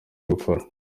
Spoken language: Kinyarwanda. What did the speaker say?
gukora